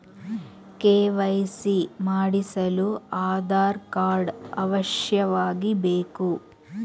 KYC ಮಾಡಿಸಲು Aadhaar card ಅವಶ್ಯವಾಗಿ ಬೇಕು